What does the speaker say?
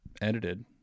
edited